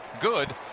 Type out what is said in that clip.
good